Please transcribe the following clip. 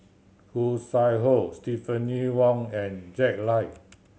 Khoo Sui Hoe Stephanie Wong and Jack Lai